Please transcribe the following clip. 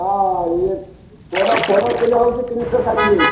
ହଁ ଇଏ ପୋଡ଼ ପୋଡ଼ କିଲୋ ହେଉଛି ତିନିଶହ ଷାଠିଏ